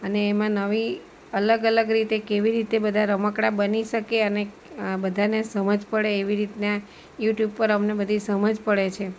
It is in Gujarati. અને એમાં નવી અલગ અલગ રીતે કેવી રીતે બધાં રમકડાં બની શકે અને બધાંને સમજ પડે એવી રીતના યૂટ્યૂબ પર અમને બધી સમજ પડે છે